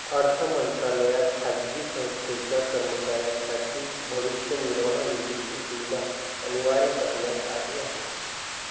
अर्थ मंत्रालयात खाजगी संस्थेच्या कर्मचाऱ्यांसाठी भविष्य निर्वाह निधीची सुविधा अनिवार्य करण्यात आली आहे